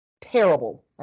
terrible